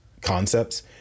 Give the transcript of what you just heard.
concepts